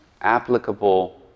applicable